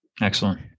Excellent